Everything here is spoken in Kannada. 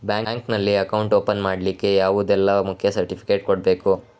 ಬ್ಯಾಂಕ್ ನಲ್ಲಿ ಅಕೌಂಟ್ ಓಪನ್ ಮಾಡ್ಲಿಕ್ಕೆ ಯಾವುದೆಲ್ಲ ಮುಖ್ಯ ಸರ್ಟಿಫಿಕೇಟ್ ಕೊಡ್ಬೇಕು?